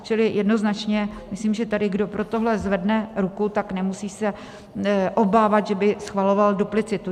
Čili jednoznačně: myslím, že kdo pro tohle zvedne ruku, tak se nemusí obávat, že by schvaloval duplicitu.